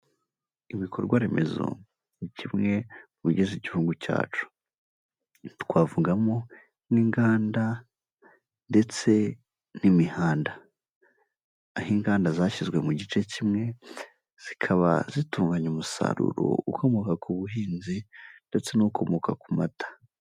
Ibikorwa remezo ni kimwe mu bigize igihugu cyacu, twavugamo nk'inganda ndetse n'imihanda, aho inganda zashyizwe mu gice kimwe zikaba zitunganya umusaruro ukomoka ku buhinzi ndetse n'ukomoka ku mata.